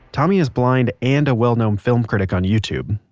tommy is blind and a well known film critic on youtube.